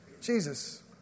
Jesus